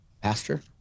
pastor